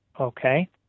Okay